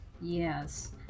Yes